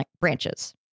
branches